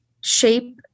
shape